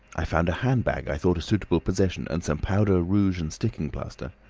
i found a handbag i thought a suitable possession, and some powder, rouge, and sticking-plaster.